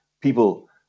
people